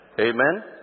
Amen